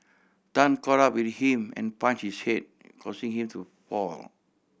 Tan caught up with him and punch his head causing him to fall